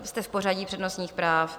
Jste v pořadí přednostních práv.